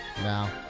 No